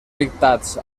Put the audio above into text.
dictats